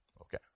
Okay